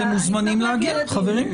אתם מוזמנים להגיע.